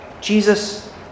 Jesus